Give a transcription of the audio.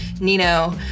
Nino